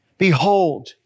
behold